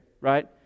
right